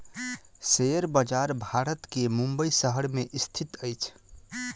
share बजार भारत के मुंबई शहर में स्थित अछि